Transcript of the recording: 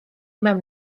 mewn